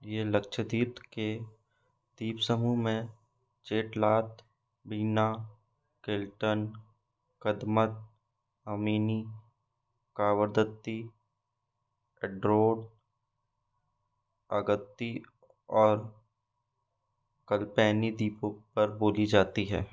ये लक्षद्वीप के द्वीपसमूह में चेटलात बिन्ना किल्टन कदमत अमिनी कवरदति एड्रोथ अगत्ती और कल्पेनी द्वीपों पर बोली जाती हैं